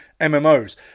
MMOs